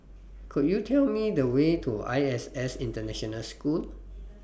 Could YOU Tell Me The Way to ISS International School